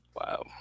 Wow